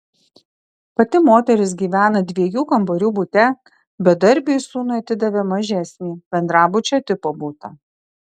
pati moteris gyvena dviejų kambarių bute bedarbiui sūnui atidavė mažesnį bendrabučio tipo butą